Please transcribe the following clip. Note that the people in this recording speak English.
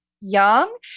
young